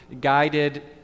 guided